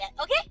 okay